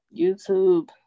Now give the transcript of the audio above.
YouTube